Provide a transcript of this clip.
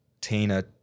Tina